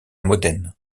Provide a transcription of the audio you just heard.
modène